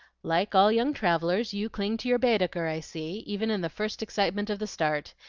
like all young travellers you cling to your baedeker, i see, even in the first excitement of the start.